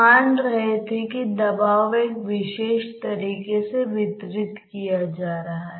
नीचे की प्लेट एक बहुत ही खास प्लेट है